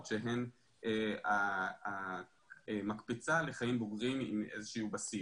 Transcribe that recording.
שהן המקפצה לחיים בוגרים עם איזשהו בסיס,